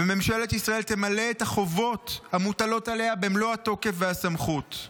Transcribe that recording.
וממשלת ישראל תמלא את החובות המוטלות עליה במלוא התוקף והסמכות.